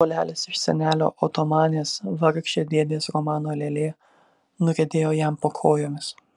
volelis iš senelio otomanės vargšė dėdės romano lėlė nuriedėjo jam po kojomis